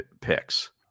picks